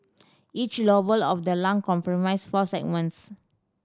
each lobe of the lung comprise four segments